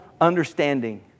understanding